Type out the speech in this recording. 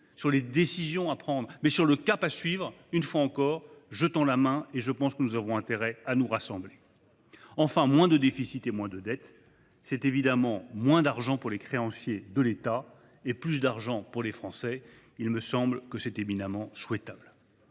et des décisions à prendre, mais sur le cap à suivre, une fois encore, je tends la main à tous, car nous avons intérêt à nous rassembler. Enfin, moins de déficit et moins de dette, c’est évidemment moins d’argent pour les créanciers de l’État et plus pour les Français ; c’est éminemment souhaitable.